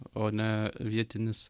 o ne vietinis